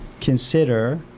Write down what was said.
consider